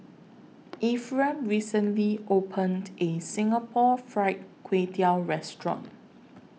Ephram recently opened A Singapore Fried Kway Tiao Restaurant